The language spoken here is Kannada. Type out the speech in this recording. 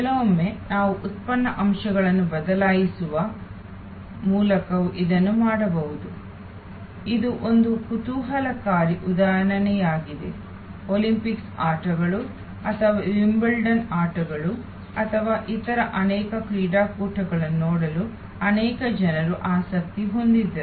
ಕೆಲವೊಮ್ಮೆ ನಾವು ಉತ್ಪನ್ನ ಅಂಶಗಳನ್ನು ಬದಲಾಯಿಸುವ ಮೂಲಕವೂ ಇದನ್ನು ಮಾಡಬಹುದು ಇದು ಒಂದು ಕುತೂಹಲಕಾರಿ ಉದಾಹರಣೆಯಾಗಿದೆ ಒಲಿಂಪಿಕ್ಸ್ ಆಟಗಳು ಅಥವಾ ವಿಂಬಲ್ಡನ್ ಆಟಗಳು ಅಥವಾ ಇತರ ಅನೇಕ ಕ್ರೀಡಾಕೂಟಗಳನ್ನು ನೋಡಲು ಅನೇಕ ಜನರು ಆಸಕ್ತಿ ಹೊಂದಿದ್ದರು